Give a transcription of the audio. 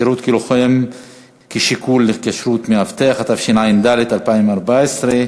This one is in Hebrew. (שירות כלוחם כשיקול לכשירות מאבטח), התשע"ד 2014,